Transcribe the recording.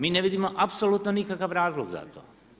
Mi ne vidimo apsolutno nikakav razlog za to.